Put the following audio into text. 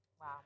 Wow